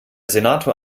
senator